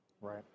right